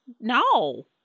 No